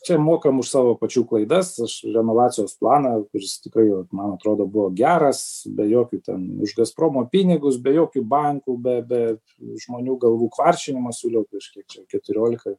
čia mokam už savo pačių klaidas aš renovacijos planą kuris tikrai man atrodo buvo geras be jokių ten už gazpromo pinigus be jokių bankų be be žmonių galvų kvaršinimo siūliau prieš kiek čia keturiolika